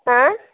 आँय